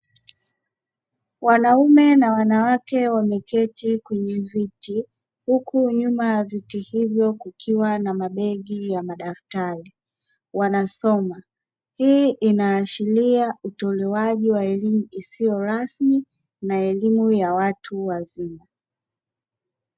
Wanaume na wanawake wameketi kwenye viti huku nyuma ya viti hivyo kukiwa na mabegi ya madaftari wanasoma, hii inaashiria utolewaji wa elimu isiyorasmi na elimu ya watu wazima.